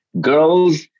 girls